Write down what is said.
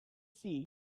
sea